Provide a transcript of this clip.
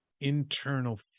internal